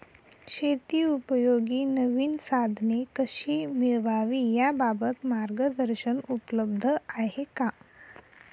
शेतीउपयोगी नवीन साधने कशी मिळवावी याबाबत मार्गदर्शन उपलब्ध आहे का?